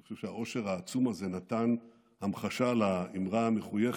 אני חושב שהעושר העצום הזה נתן המחשה לאימרה המחויכת: